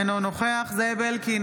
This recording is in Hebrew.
אינו נוכח זאב אלקין,